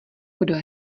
kdo